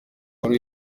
wari